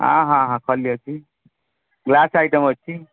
ହଁ ହଁ ହଁ ଖଲି ଅଛି ଗ୍ଲାସ୍ ଆଇଟମ୍ ଅଛି